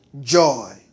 joy